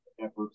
Efforts